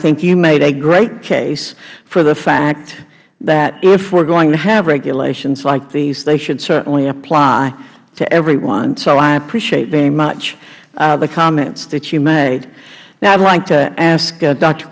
think you made a great case for the fact that if we are going to have regulations like these they should certainly apply to everyone so i appreciate very much the comments that you made i would like to ask